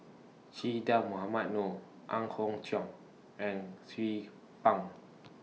Che Dah Mohamed Noor Ang Hiong Chiok and Xiu Fang